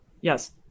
Yes